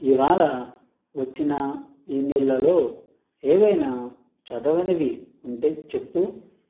ఇవాళ వచ్చిన ఈమెయిలల్లో ఏమైనా చదవనివి ఉంటే చెప్పు